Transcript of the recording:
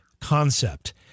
concept